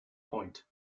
point